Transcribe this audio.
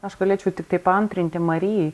aš galėčiau tiktai paantrinti marijai